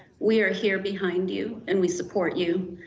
we are here behind you, and we support you.